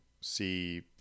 see